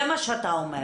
זה מה שאתה אומר.